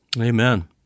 Amen